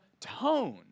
tone